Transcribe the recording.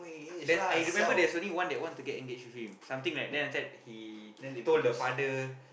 there's I remember there's only one that want to get engaged with him something like that and said he told the father